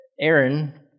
Aaron